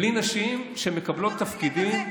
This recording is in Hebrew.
בלי נשים שמקבלות תפקידים.